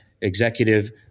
executive